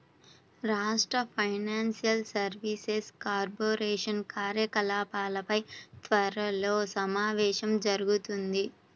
రాష్ట్ర financial services corporation కార్యకలాపాలపై త్వరలో సమావేశం జరుగుతుంది